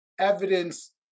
evidence